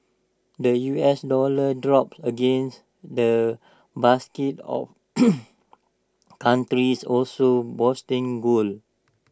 the U S dollar dropped against the basket of countries also boosting gold